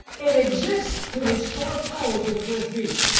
it exists to restore power to the first beast.